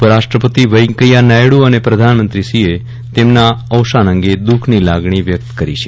ઉપરાષ્ટ્રપતિ વૈકેંયા નાયડૂ અને પ્રધાનમંત્રીશ્રીએ તેમના અવસાન અંગે દુખની લાગણી વ્યક્ત કરી છે